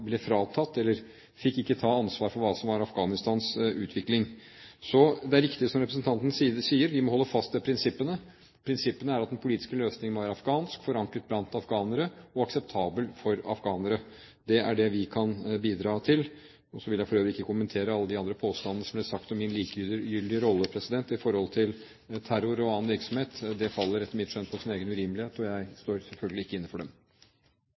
fikk ta ansvar for Afghanistans utvikling. Det er riktig som representanten sier, at vi må holde fast ved prinsippene. Prinsippene er at den politiske løsningen må være afghansk – forankret blant afghanerne – og akseptabel for afghanerne. Det er det vi kan bidra til. Jeg vil for øvrig ikke kommentere alle de andre påstandene som ble nevnt om min likegyldige rolle i forhold til terror og annen virksomhet. De faller etter mitt skjønn på sin egen urimelighet, og jeg står selvfølgelig ikke inne for dem.